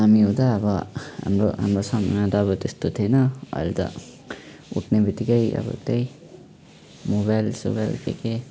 हामी हुँदा अब हाम्रो हाम्रो समयमा त अब त्यस्तो थिएन अहिले त उठ्नेबित्तिकै अब त्यही मोबाइल सोबाइल के के